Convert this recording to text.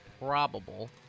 probable